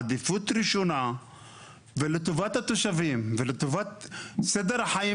עדיפות ראשונה ולטובת התושבים ולטובת סדר החיים